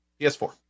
PS4